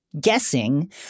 guessing